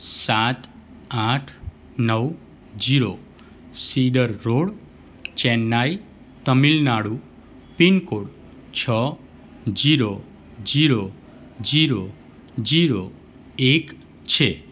સાત આઠ નવ zero cedar road Chennai Tamil Nadu pin code છ ઝીરો ઝીરો ઝીરો ઝીરો એક છે